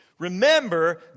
Remember